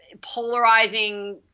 polarizing